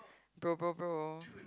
bro bro bro